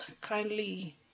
kindly